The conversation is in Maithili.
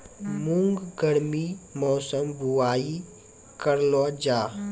मूंग गर्मी मौसम बुवाई करलो जा?